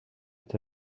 est